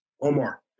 Omar